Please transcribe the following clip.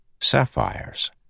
Sapphires